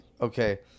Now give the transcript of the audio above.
Okay